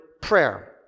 prayer